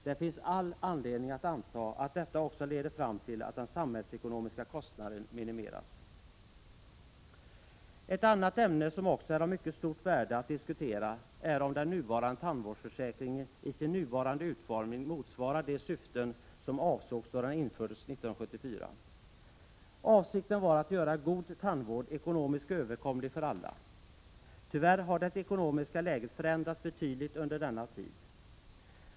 Det finns all anledning att anta att detta också leder fram till att den samhällsekonomiska kostnaden minimeras. Ett annat ämne som också är av mycket stort värde att diskutera är om den nuvarande tandvårdsförsäkringen i sin nuvarande utformning motsvarar de syften som avsågs då den infördes 1974. Avsikten var att göra god tandvård ekonomiskt överkomlig för alla. Tyvärr har det ekonomiska läget förändrats betydligt under denna tid.